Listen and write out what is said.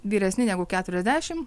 vyresni negu keturiasdešimt